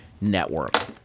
Network